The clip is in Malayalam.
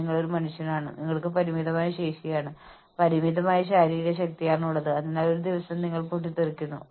നാമെല്ലാവരും മനുഷ്യരാണ് നമുക്ക് എത്ര ദൂരം ഓടാൻ കഴിയും എന്നതിന് പരിമിതികൾ നമുക്കെല്ലാമുണ്ട് നമ്മൾ നിർത്തി വിശ്രമിക്കേണ്ടതുണ്ട്